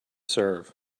serve